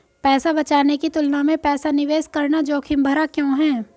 पैसा बचाने की तुलना में पैसा निवेश करना जोखिम भरा क्यों है?